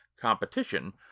competition